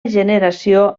generació